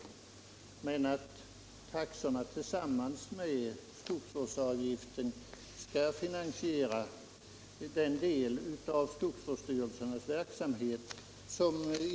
I enlighet med riksdagens beslut skall taxorna och skogsvårdsavgiften tillsammans finansiera den delen av skogsvårdsstyrelsernas verksamhet.